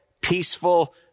peaceful